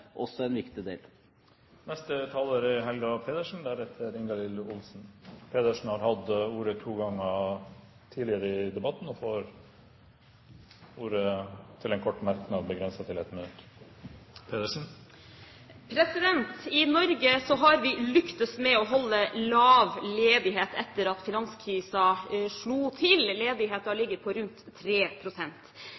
også en viktig del. Helga Pedersen har hatt ordet to ganger og får ordet til en kort merknad, begrenset til 1 minutt. I Norge har vi lyktes med å holde lav ledighet etter at finanskrisen slo til.